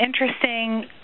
interesting